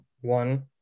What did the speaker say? One